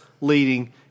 leading